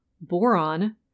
boron